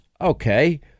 okay